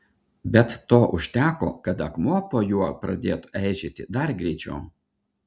bet to užteko kad akmuo po juo pradėtų eižėti dar greičiau